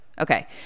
Okay